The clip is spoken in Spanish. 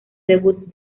debut